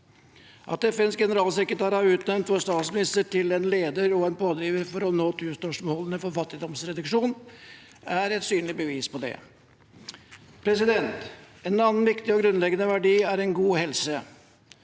At FNs generalsekretær har utnevnt vår statsminister til en leder og en pådriver for å nå tusenårsmålene for fattigdomsreduksjon, er et synlig bevis på det. En annen viktig og grunnleggende verdi er en god helse.